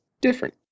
different